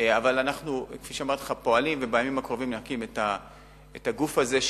אבל כפי שאמרתי לך אנחנו פועלים ובימים הקרובים נקים את הגוף הזה,